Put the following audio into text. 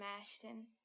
Ashton